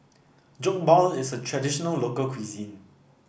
Jokbal is a traditional local cuisine